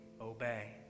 obey